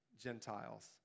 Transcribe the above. Gentiles